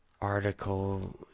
Article